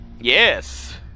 Yes